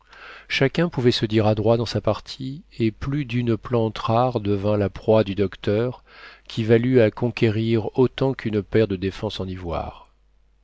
chacun pouvait se dire adroit dans sa partie et plus d'une plante rare devint la proie du docteur qui valut à conquérir autant qu'une paire de défenses en ivoire